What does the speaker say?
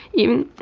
even